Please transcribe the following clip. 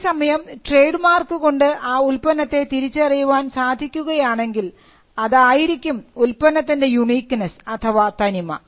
അതേസമയം trademark കൊണ്ട് ആ ഉൽപ്പന്നത്തെ തിരിച്ചറിയാൻ സാധിക്കുകയാണെങ്കിൽ അതായിരിക്കും ഉൽപ്പന്നത്തിൻറെ യുണീക്ക്നെസ്സ് അഥവാ തനിമ